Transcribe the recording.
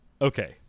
okay